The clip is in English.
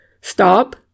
Stop